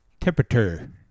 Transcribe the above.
Temperature